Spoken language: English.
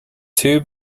two